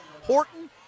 Horton